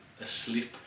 asleep